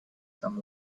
some